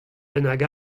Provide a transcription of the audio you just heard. bennak